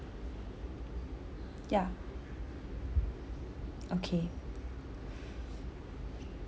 ya okay